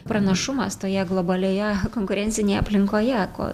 pranašumas toje globalioje konkurencinėje aplinkoje ko